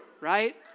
right